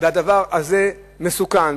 והדבר הזה מסוכן.